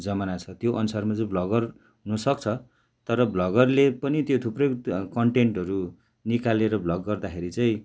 जमाना छ त्यो अनुसारमा चाहिँ भ्लगर हुनुसक्छ तर भ्लगरले पनि त्यो थुप्रै त कन्टेन्टहरू निकालेर भ्लक गर्दाखेरि चैँ